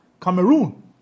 Cameroon